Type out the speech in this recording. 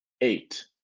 eight